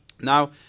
now